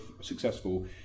successful